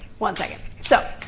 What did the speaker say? one second. so,